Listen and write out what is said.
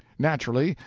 naturally,